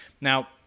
Now